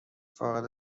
فاقد